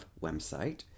website